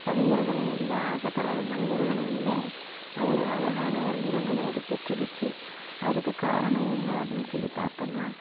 கவிஞர்களும் இல்லை ஆசைப்படாத மனிதர்களும் இல்லை அவ்வளோ அழகான ஒரு நிறங்களை அது பெற்றுடுச்சு அதுக்கு காரணம் என்ன அப்டின்னு சொல்லி பார்த்தனா